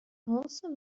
also